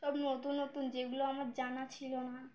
সব নতুন নতুন যেগুলো আমার জানা ছিল না